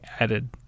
added